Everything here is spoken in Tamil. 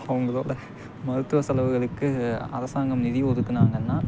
அவங்களோட மருத்துவ செலவுகளுக்கு அரசாங்கம் நிதி ஒதுக்குனாங்கன்னால்